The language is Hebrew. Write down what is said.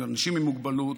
אנשים עם מוגבלות,